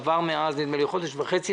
נדמה לי שעבר מאז חודש וחצי.